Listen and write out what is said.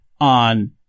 on